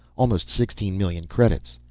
almost sixteen million credits.